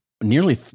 nearly